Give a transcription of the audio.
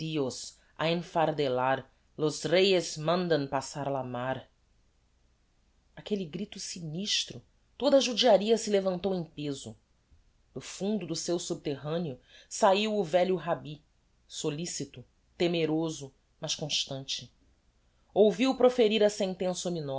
mar áquelle grito sinistro toda a judiaria se levantou em pezo do fundo do seu subterraneo saiu o velho rabbi solicito temeroso mas constante ouviu proferir a sentença